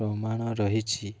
ପ୍ରମାଣ ରହିଛି